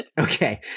Okay